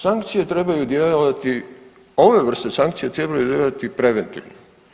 Sankcije trebaju djelovati, ove vrsta sankcija trebaju djelovati preventivno.